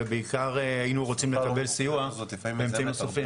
ובעיקר היינו רוצים לקבל סיוע מאמצעים נוספים.